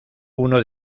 uno